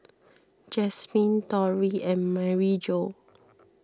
Jasmyne Torry and Maryjo